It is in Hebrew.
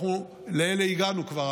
אנחנו לאלה הגענו כבר,